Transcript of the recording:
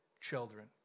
Children